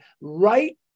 right